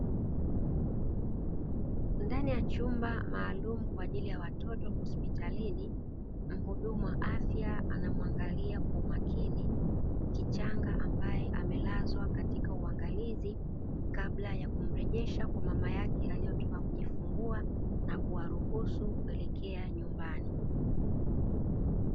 Ndani ya chumba maalumu kwa ajili ya watoto hospitalini, mhudumu wa afya anamuangalia kwa umakini kichanga ambaye amelazwa katika uangalizi kabla ya kumrejesha kwa mama yake aliyekwisha kujifungua na kuwaruhusu kuelekea nyumbani.